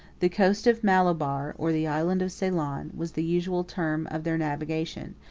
the coast of malabar, or the island of ceylon, was the usual term of their navigation,